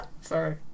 Sorry